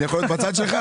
אני יכול להיות בצד שלך?